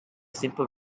simple